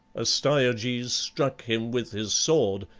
astyages struck him with his sword,